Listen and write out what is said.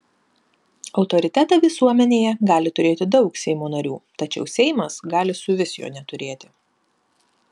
autoritetą visuomenėje gali turėti daug seimo narių tačiau seimas gali suvis jo neturėti